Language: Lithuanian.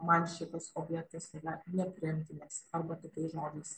man šitas objektas yra nepriimtinas arba kitais žodžiais